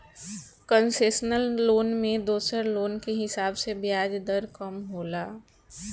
concessional loan में दोसर loan के हिसाब से ब्याज दर कम होला